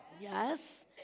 Yes